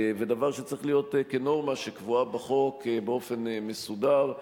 ודבר שצריך להיות כנורמה שקבועה בחוק באופן מסודר,